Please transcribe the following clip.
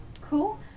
cool